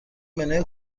منوی